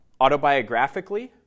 autobiographically